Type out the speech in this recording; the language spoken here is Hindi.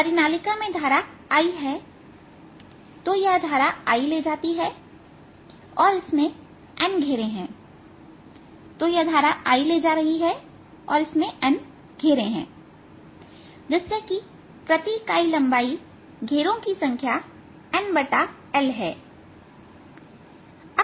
परिनालिका में धारा I है तो यह I धारा ले जाती है और इसमें N घेरे हैं तो यह I धारा ले जाती है और इसमें N घेरे हैं जिससे कि प्रति इकाई लंबाई घेरों की संख्या NL है